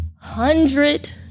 hundred